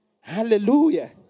Hallelujah